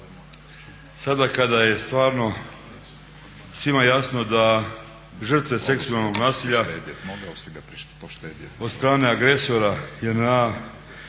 sada kada je stvarno svima jasno da žrtve seksualnog nasilja od strane agresora JNA,